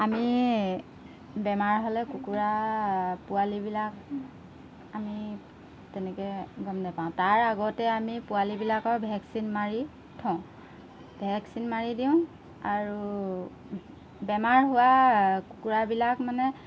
আমি বেমাৰ হ'লে কুকুৰা পোৱালিবিলাক আমি তেনেকৈ গম নাপাওঁ তাৰ আগতে আমি পোৱালিবিলাকৰ ভেকচিন মাৰি থওঁ ভেকচিন মাৰি দিওঁ আৰু বেমাৰ হোৱা কুকুৰাবিলাক মানে